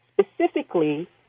Specifically